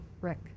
Rick